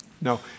No